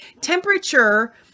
Temperature